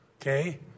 Okay